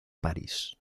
parís